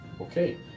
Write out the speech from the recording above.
Okay